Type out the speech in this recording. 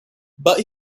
but